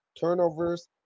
turnovers